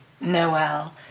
Noel